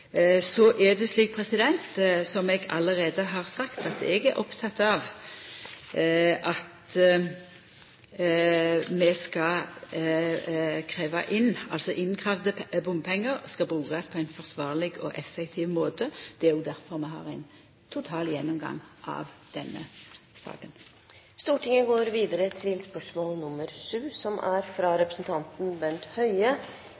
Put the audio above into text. Så har eg allereie sagt at eg er oppteken av at innkravde bompengar skal brukast på ein forsvarleg og effektiv måte. Det er jo derfor vi har ein total gjennomgang av denne saka. «Den 16. juni 2009 vedtok Stortinget